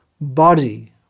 body